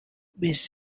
miss